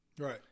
Right